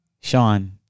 Sean